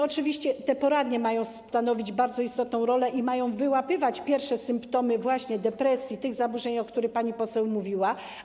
Oczywiście te poradnie mają stanowić bardzo istotną rolę i wyłapywać pierwsze symptomy depresji, tych zaburzeń, o których pani poseł mówiła.